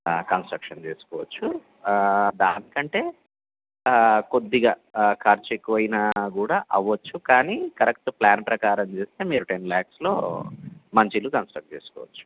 construction చేసుకోవచ్చు దానికంటే కొద్దిగా ఖర్చు ఎక్కువైనా కూడా అవవచ్చు కానీ కరెక్ట్ ప్లాన్ ప్రకారం చేస్తే మీరు టెన్ ల్యాక్స్లో మంచి ఇల్లు కన్స్ట్రక్ట్ చేసుకోవచ్చు